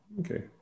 Okay